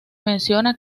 menciona